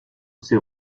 ces